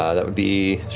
ah that would be